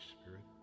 Spirit